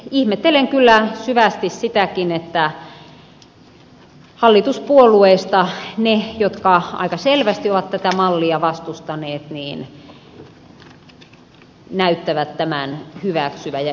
ihmettelen kyllä syvästi sitäkin että hallituspuolueista ne jotka aika selvästi ovat tätä mallia vastustaneet näyttävät tämän hyväksyvän